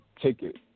ticket